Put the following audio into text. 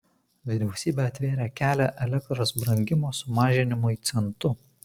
vyriausybė atvėrė kelią elektros brangimo sumažinimui centu